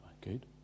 good